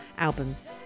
Albums